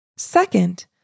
Second